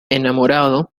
enamorado